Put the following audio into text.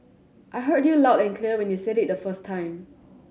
I heard you loud and clear when you said it the first time